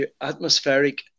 atmospheric